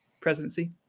presidency